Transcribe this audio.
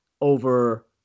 over